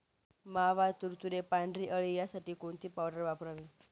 मावा, तुडतुडे, पांढरी अळी यासाठी कोणती पावडर वापरावी?